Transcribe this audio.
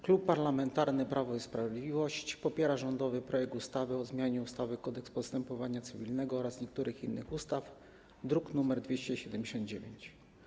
Klub Parlamentarny Prawo i Sprawiedliwość popiera rządowy projekt ustawy o zmianie ustawy Kodeks postępowania cywilnego oraz niektórych innych ustaw, druk nr 279.